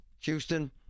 Houston